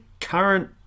current